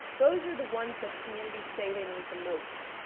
those are the ones that communities say they need the most.